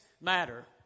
Matter